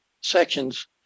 sections